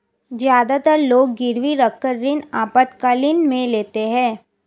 ज्यादातर लोग गिरवी रखकर ऋण आपातकालीन में लेते है